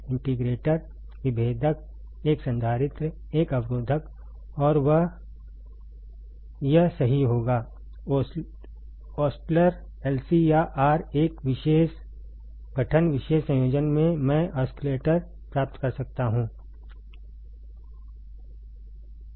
integrator विभेदक एक संधारित्र एक अवरोधक और वह यह सही होगा ओस्लटर LC या R एक विशेष गठन विशेष संयोजन में मैं ओस्किलटर प्राप्त कर सकता है